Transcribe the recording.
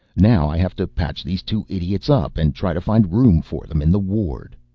now i have to patch these two idiots up and try to find room for them in the ward.